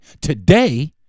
Today